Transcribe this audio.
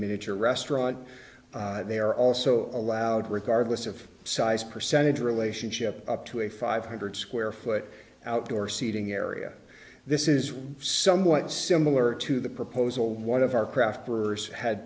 miniature restaurant they are also allowed regardless of size percentage relationship up to a five hundred square foot outdoor seating area this is somewhat similar to the proposal one of our craft